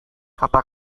kata